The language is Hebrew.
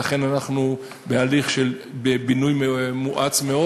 לכן אנחנו בהליך של בינוי מואץ מאוד.